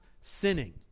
sinning